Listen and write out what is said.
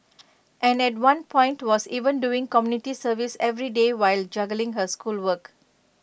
and at one point was even doing community service every day while juggling her schoolwork